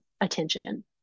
attention